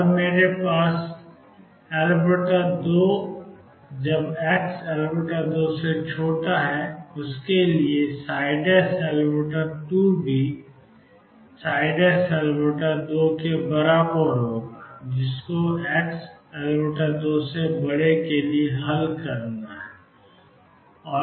और मेरे पास xL2 के लिए L2 भी होगा जो L2 बराबर है जिसको xL2 के लिए हल किया गया है